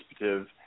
participative